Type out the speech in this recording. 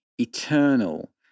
eternal